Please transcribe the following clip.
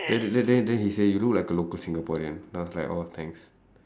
then then then he say you look like a local singaporean then I was like orh thanks